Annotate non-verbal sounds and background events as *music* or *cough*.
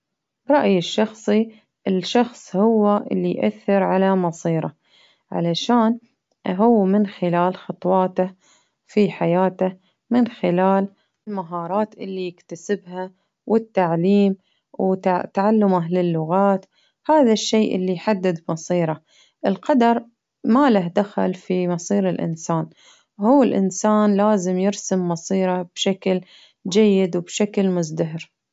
رأيي الشخصي الشخص هو اللي يأثر على مصيره ،علشان هو من خلال خطواته في حياته من خلال المهارات اللي يكتسبها ،والتعليم *hesitation* تعلمه للغات ،هذا الشيء اللي يحدد مصيره ،ما له دخل في مصير الإنسان، هو الإنسان لازم يرسم مصيره بشكل جيد ،وبشكل مزدهر.